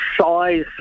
size